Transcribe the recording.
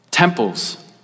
Temples